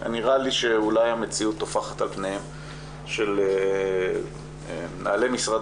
נראה לי שאולי המציאות טופחת על פניהם של מנהלי משרד